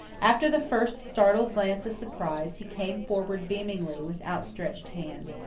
after the first startled glance of surprise, he came forward beamingly, with outstretched hand.